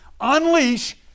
unleash